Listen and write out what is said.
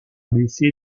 laissé